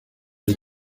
ari